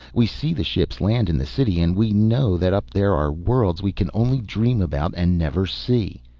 we see the ships land in the city and we know that up there are worlds we can only dream about and never see.